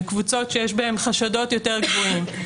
לקבוצות שיש בהן חשדות יותר גבוהים.